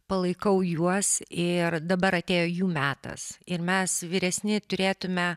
palaikau juos ir dabar atėjo jų metas ir mes vyresni turėtume